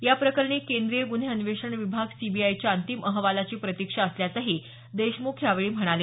या प्रकरणी केंद्रीय गुन्हे अन्वेषण सीबीआयच्या अंतिम अहवालाची प्रतिक्षा असल्याचंही देशमुख यावेळी म्हणाले